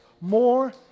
more